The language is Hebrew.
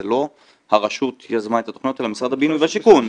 זה לא הרשות יזמה את התכניות אלא משרד הבינוי והשיכון.